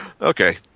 Okay